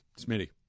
Smitty